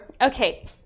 Okay